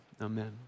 Amen